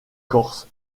corse